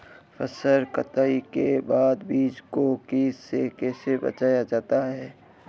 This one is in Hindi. फसल कटाई के बाद बीज को कीट से कैसे बचाया जाता है?